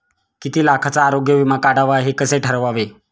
किती लाखाचा आरोग्य विमा काढावा हे कसे ठरवावे?